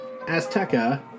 Azteca